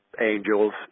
angels